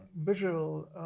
visual